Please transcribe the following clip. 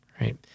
right